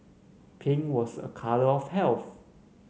pink was a colour of health